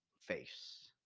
face